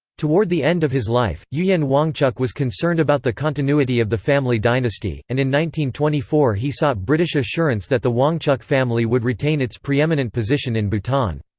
toward the end of his life, ugyen wangchuck was concerned about the continuity of the family dynasty, and in one twenty four he sought british assurance that the wangchuck family would retain its preeminent position in bhutan.